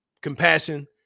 compassion